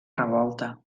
revolta